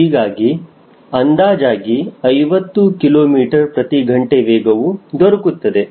ಹೀಗಾಗಿ ಅಂದಾಜಾಗಿ 50 kmh ವೇಗವು ದೊರಕುತ್ತದೆ